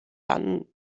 dann